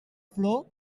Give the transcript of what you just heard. flor